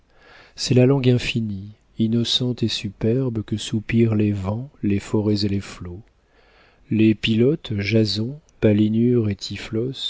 c'est la langue infinie innocente et superbe que soupirent les vents les forêts et les flots les pilotes jason palinure et